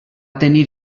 tenir